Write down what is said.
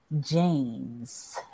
James